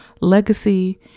legacy